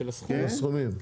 של הסכומים.